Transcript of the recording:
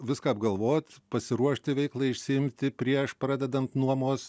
viską apgalvot pasiruošti veiklai išsiimti prieš pradedant nuomos